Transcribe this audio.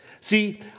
See